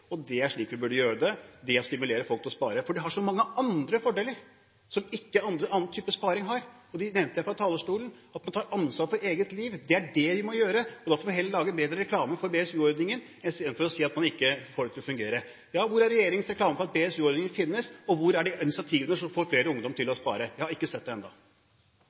betingelser. Det er slik vi burde gjøre det – ved å stimulere folk til å spare. For det har så mange andre fordeler som ikke annen type sparing har – som jeg nevnte fra talerstolen. At man tar ansvar for eget liv, er det man må gjøre. Da får vi heller lage bedre reklame for BSU-ordningen enn å si at en ikke får det til å fungere. Hvor er regjeringens reklame for at BSU-ordningen finnes, og hvor er de initiativene som får flere ungdommer til å spare? Jeg har ikke sett